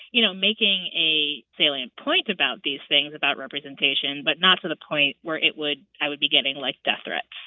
you know, making a salient point about these things about representation but not to the point where it would i would be getting, like, death threats